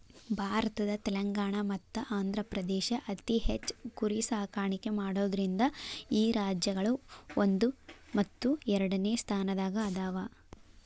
ಭಾರತದ ತೆಲಂಗಾಣ ಮತ್ತ ಆಂಧ್ರಪ್ರದೇಶ ಅತಿ ಹೆಚ್ಚ್ ಕುರಿ ಸಾಕಾಣಿಕೆ ಮಾಡೋದ್ರಿಂದ ಈ ರಾಜ್ಯಗಳು ಒಂದು ಮತ್ತು ಎರಡನೆ ಸ್ಥಾನದಾಗ ಅದಾವ